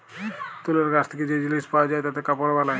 তুলর গাছ থেক্যে যে জিলিস পাওয়া যায় তাতে কাপড় বালায়